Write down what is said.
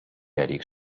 għalik